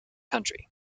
country